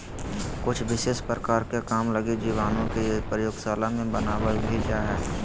कुछ विशेष प्रकार के काम लगी जीवाणु के प्रयोगशाला मे बनावल भी जा हय